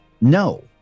no